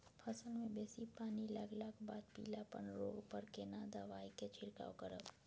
फसल मे बेसी पानी लागलाक बाद पीलापन रोग पर केना दबाई से छिरकाव करब?